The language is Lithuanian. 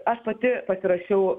aš pati pasirašiau